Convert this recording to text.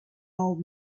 old